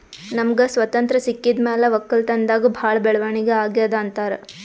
ನಮ್ಗ್ ಸ್ವತಂತ್ರ್ ಸಿಕ್ಕಿದ್ ಮ್ಯಾಲ್ ವಕ್ಕಲತನ್ದಾಗ್ ಭಾಳ್ ಬೆಳವಣಿಗ್ ಅಗ್ಯಾದ್ ಅಂತಾರ್